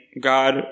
God